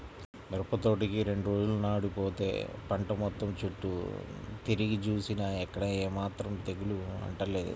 మిరపతోటకి రెండు రోజుల నాడు బోతే పంట మొత్తం చుట్టూ తిరిగి జూసినా ఎక్కడా ఏమాత్రం తెగులు అంటలేదు